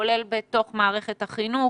כולל בתוך מערכת החינוך,